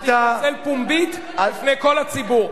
אתה תתנצל פומבית בפני כל הציבור.